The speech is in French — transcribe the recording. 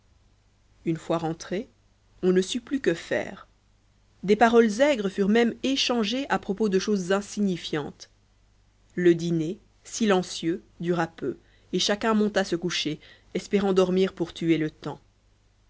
une fois rentrés on ne sut plus que faire des paroles aigres furent même échangées à propos de choses insignifiantes le dîner silencieux dura peu et chacun monta se coucher espérant dormir pour tuer le temps